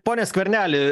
pone skverneli